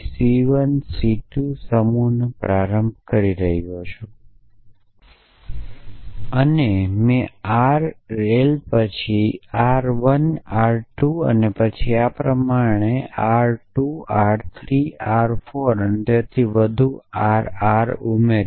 Ck set થી પ્રારંભ કરી રહ્યો છું અને મેં R 1 પછી R 2 સાથે R 3 R 4 અને RL સુધી ઉમેર્યું